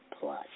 Plus